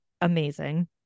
amazing